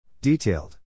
Detailed